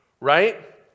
Right